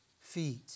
feet